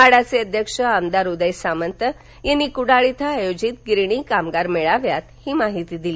म्हाडाचे अध्यक्ष आमदार उदय सामंत यांनी काल कुडाळ इथ आयोजित गिरणी कामगार मेळाव्यात ही माहिती दिली